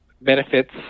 benefits